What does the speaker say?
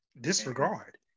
Disregard